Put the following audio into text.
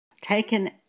taken